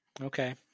Okay